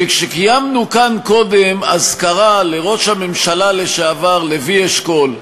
כי כשקיימנו קודם אזכרה לראש הממשלה לשעבר לוי אשכול,